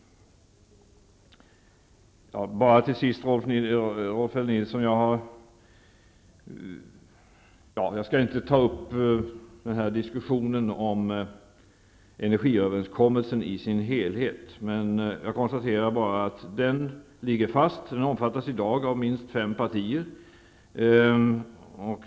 Jag skall inte ta upp diskussionen om energiöverenskommelsen i dess helhet, Rolf L Nilson. Jag konstaterar bara att den ligger fast. Den omfattas i dag av minst fem partier.